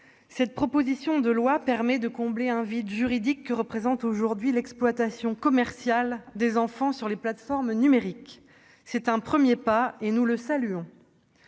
cette proposition de loi vise à combler le vide juridique dans lequel se trouve aujourd'hui l'exploitation commerciale des enfants sur les plateformes numériques. C'est un premier pas que nous saluons,